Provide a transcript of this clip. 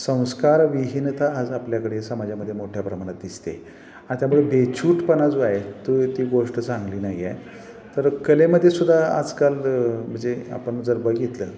संस्कार विहिनता आज आपल्याकडे समाजामध्ये मोठ्या प्रमाणात दिसते आ त्यामुळे बेछूटपणा जो आहे तो ती गोष्ट चांगली नाही आहे तर कलेमध्येसुद्धा आजकाल म्हणजे आपण जर बघितलं